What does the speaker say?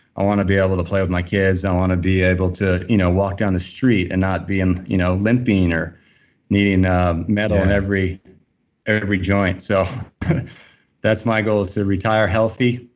i want to be able to play with my kids. i want to be able to you know walk down the street and not be and you know limping or needing a metal on every every joint. so that's my goal is to retire healthy,